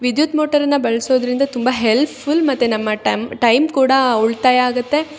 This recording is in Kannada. ವಿದ್ಯುತ್ ಮೋಟರನ್ನು ಬಳ್ಸೋದ್ರಿಂದ ತುಂಬ ಹೆಲ್ಫ್ ಫುಲ್ ಮತ್ತು ನಮ್ಮ ಟೈಮ್ ಕೂಡಾ ಉಳಿತಾಯ ಆಗುತ್ತೆ